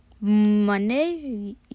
monday